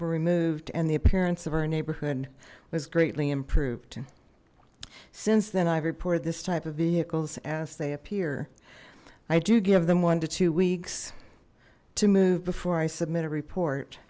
removed and the appearance of our neighborhood was greatly improved since then i reported this type of vehicles as they appear i do give them one to two weeks to move before i submit